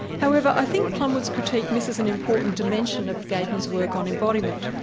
however i think plumwood's critique misses an important dimension of gatens' work on embodiment,